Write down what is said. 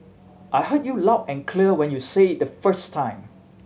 I heard you loud and clear when you said it the first time